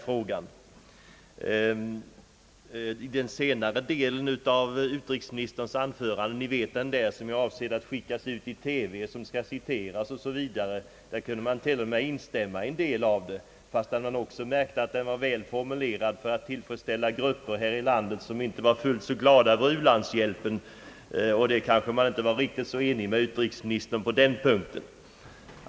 Beträffande den senare delen av utrikesministerns anförande — ni vet den som är avsedd att sändas ut i TV och som skall citeras — kunde man t.o.m. instämma i en del avsnitt, fast man också märkte att den var formulerad för att tillfredsställa även sådana grupper här i landet som inte är lika glada över u-landshjälpen och som kanske inte är riktigt ense med utrikesministern på den punkten.